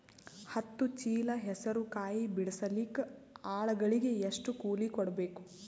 ಹತ್ತು ಚೀಲ ಹೆಸರು ಕಾಯಿ ಬಿಡಸಲಿಕ ಆಳಗಳಿಗೆ ಎಷ್ಟು ಕೂಲಿ ಕೊಡಬೇಕು?